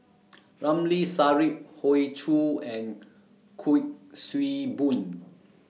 Ramli Sarip Hoey Choo and Kuik Swee Boon